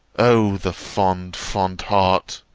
o the fond, fond heart!